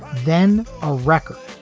then a record,